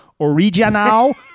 original